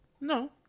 No